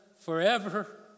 forever